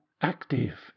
active